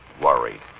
Worried